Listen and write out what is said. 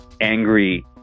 angry